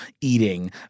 eating